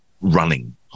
running